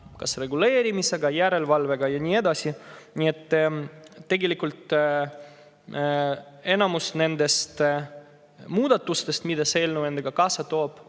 reguleerimisega, järelevalvega ja nii edasi. Nii et tegelikult on enamus nendest muudatustest, mida see eelnõu endaga kaasa toob,